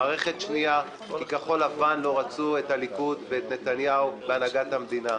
ובמערכת השנייה כי כחול לבן לא רצו את הליכוד ואת נתניהו בהנהגת המדינה.